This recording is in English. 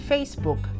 Facebook